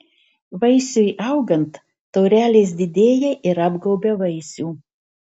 vaisiui augant taurelės didėja ir apgaubia vaisių